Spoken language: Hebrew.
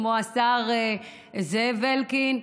כמו השר זאב אלקין,